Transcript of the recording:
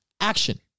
action